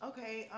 Okay